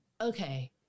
Okay